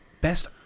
best